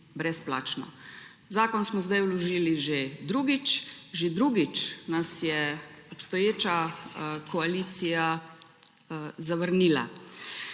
brezplačno. Zakon smo zdaj vložili že drugič, že drugič nas je obstoječa koalicija zavrnila.